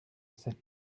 sept